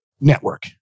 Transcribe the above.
network